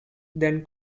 then